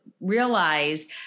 realize